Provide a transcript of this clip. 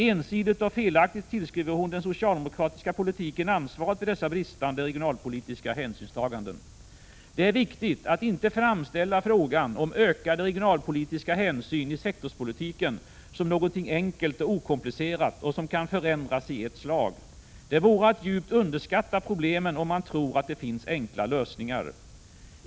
Ensidigt och felaktigt tillskriver hon den socialdemokratiska politiken ansvaret för dessa bristande regionalpolitiska hänsynstaganden. Det är viktigt att inte framställa frågan om ökade regionalpolitiska hänsyn i sektorspolitiken som någonting enkelt och okomplicerat och som kan förändras i ett slag. Det vore att djupt underskatta problemen om man skulle tro att det finns enkla lösningar.